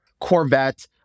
Corvette